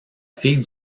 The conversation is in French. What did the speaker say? fille